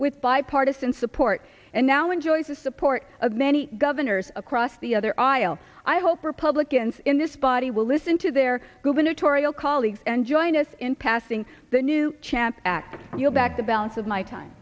with bipartisan support and now enjoys the support of many governors across the other aisle i hope republicans in this body will listen to their gubernatorial colleagues and join us in passing the new champ act you'll back the balance of my time